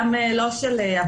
גם לא של העבריין.